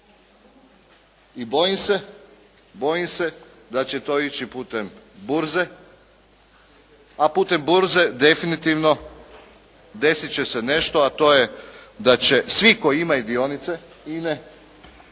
I bojim se da će to ići putem burze a putem burze definitivno desit će nešto a to je da svi koji imaju dionice INA-e